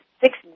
six